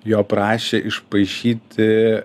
jo prašė išpaišyti